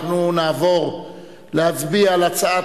יעלה ויבוא סגן היושב-ראש מקלב על מנת להציג את הצעת